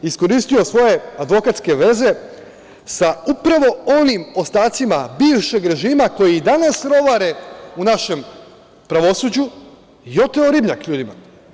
Iskoristio svoje advokatske veze sa upravo onim ostacima bivšeg režima, koji i danas rovare u našem pravosuđu, i oteo ribnjak ljudima.